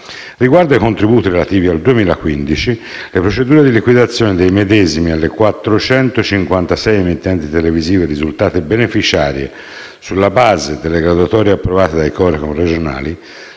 Riguardo ai contributi relativi all'anno 2015, le procedure di liquidazione dei medesimi alle 456 emittenti televisive, risultate beneficiarie sulla base delle graduatorie approvate dai Corecom regionali,